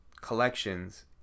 collections